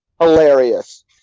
hilarious